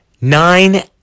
nine